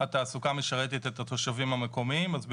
התעסוקה משרתת את התושבים המקומיים, אז בוודאי.